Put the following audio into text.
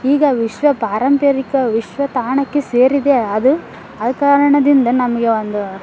ಈಗ ವಿಶ್ವ ಪಾರಂಪರಿಕ ವಿಶ್ವ ತಾಣಕ್ಕೆ ಸೇರಿದೆ ಅದು ಆ ಕಾರಣದಿಂದ ನಮಗೆ ಒಂದು